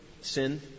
Sin